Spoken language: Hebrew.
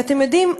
ואתם יודעים,